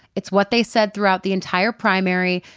it's what they said throughout the entire primary.